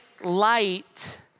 Light